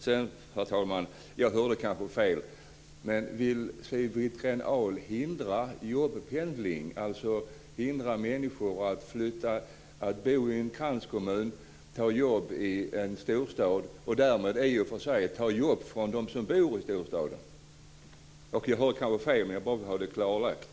Sedan hörde jag kanske fel, men vill Siw Wittgren-Ahl hindra jobbpendling, alltså hindra människor från att bo i en kranskommun, ta ett jobb i en storstad och därmed i och för sig ta jobb från dem som bor i storstaden? Jag hörde kanske fel, men jag skulle vilja ha detta klarlagt.